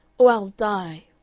or i'll die!